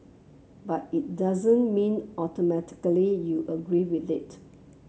but it doesn't mean automatically you agree with it